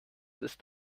ist